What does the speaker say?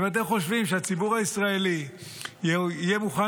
אם אתם חושבים שהציבור הישראלי יהיה מוכן